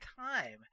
time